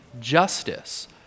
justice